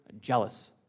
jealous